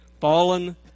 fallen